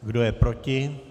Kdo je proti?